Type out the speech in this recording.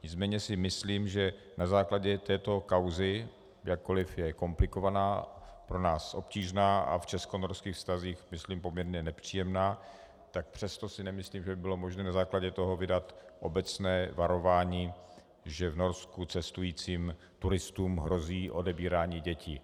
Nicméně si myslím, že na základě této kauzy, jakkoliv je komplikovaná, pro nás obtížná a v českonorských vztazích myslím poměrně nepříjemná, tak přesto si nemyslím, že by bylo možné na základě toho vydat obecné varování, že v Norsku cestujícím turistům hrozí odebírání dětí.